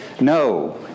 no